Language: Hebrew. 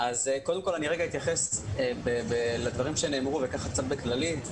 אתייחס לדברים שנאמרו באופן כללי.